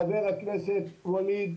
חבר הכנסת ווליד,